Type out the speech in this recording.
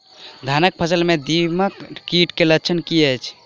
धानक फसल मे दीमक कीट केँ लक्षण की अछि?